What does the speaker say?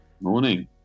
Morning